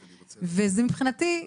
מבחינתי,